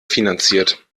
finanziert